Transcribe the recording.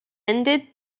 ended